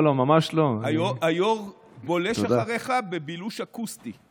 היו"ר בולש אחריך בבילוש אקוסטי.